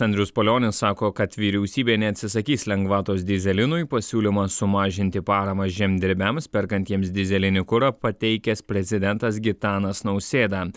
andrius palionis sako kad vyriausybė neatsisakys lengvatos dyzelinui pasiūlymą sumažinti paramą žemdirbiams perkantiems dyzelinį kurą pateikęs prezidentas gitanas nausėda